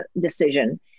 decision